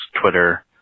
Twitter